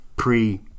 Pre